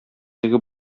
теге